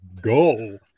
go